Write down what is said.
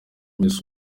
miss